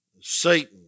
Satan